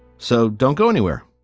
so don't go anywhere